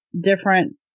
different